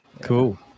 cool